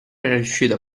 riuscito